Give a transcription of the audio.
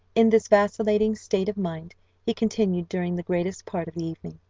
in this vacillating state of mind he continued during the greatest part of the evening.